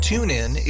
TuneIn